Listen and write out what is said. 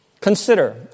Consider